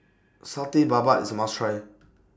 Satay Babat IS A must Try